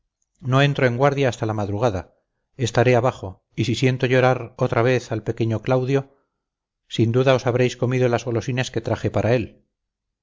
no entro de guardia hasta la madrugada estaré abajo y si siento llorar otra vez al pequeño claudio sin duda os habréis comido las golosinas que traje para él